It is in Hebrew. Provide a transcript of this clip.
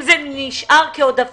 זה נשאר כעודפים